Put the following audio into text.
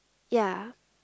ya